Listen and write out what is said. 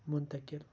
مُنتقِل